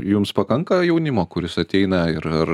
jums pakanka jaunimo kuris ateina ir